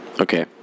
okay